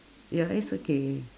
ya it's okay